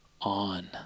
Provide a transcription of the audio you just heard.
on